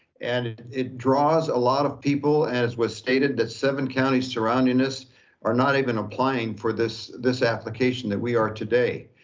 and it draws a lot of people as was stated that seven counties surrounding us are not even applying for this this application that we are today.